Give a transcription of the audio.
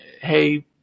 Hey